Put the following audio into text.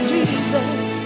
Jesus